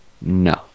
No